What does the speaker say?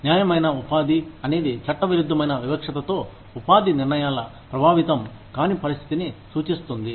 న్యాయమైన ఉపాధి అనేది చట్టవిరుద్ధమైన వివక్షతతో ఉపాధి నిర్ణయాలు ప్రభావితం కాని పరిస్థితిని సూచిస్తుంది